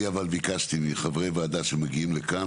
אני אבל ביקשתי מחברי ועדה שמגיעים לכאן,